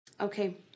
Okay